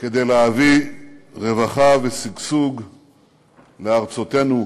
כדי להביא רווחה ושגשוג לארצותינו,